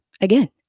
again